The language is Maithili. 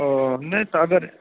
ओ नहि तऽ अगर